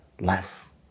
life